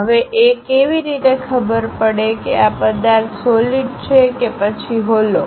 હવે એ કેવી રિતે ખબર પડે કે આ પદાર્થ સોલિડ છે કે પછી હોલો